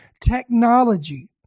technology